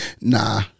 Nah